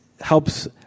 helps